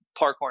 parkour